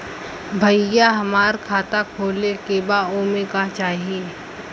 भईया हमार खाता खोले के बा ओमे का चाही?